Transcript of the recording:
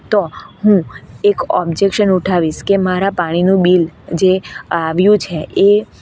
તો હું એક ઓબ્જેક્શન ઉઠાવીશ કે મારા પાણીનું બિલ જે આવ્યું છે એ